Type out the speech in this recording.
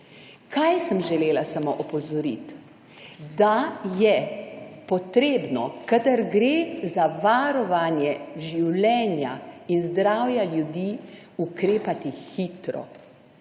Kaj sem želela opozoriti? Da je potrebno, kadar gre za varovanje življenja in zdravja ljudi, ukrepati hitro,